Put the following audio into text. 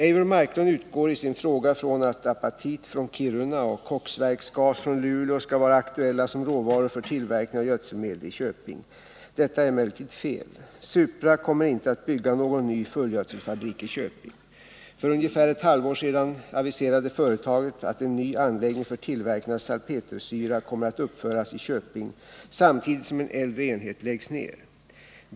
Eivor Marklund utgår i sin fråga från att apatit från Kiruna och koksverksgas från Luleå skulle vara aktuella som råvaror för tillverkning av gödselmedel i Köping. Detta är emellertid fel. Supra kommer inte att bygga någon ny fullgödselfabrik i Köping. För ungefär ett halvår sedan aviserade företaget att en ny anläggning för tillverkning av salpetersyra kommer att uppföras i Köping samtidigt som en äldre enhet läggs ned.